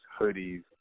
hoodies